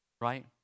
right